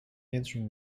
answering